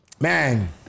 Man